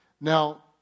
Now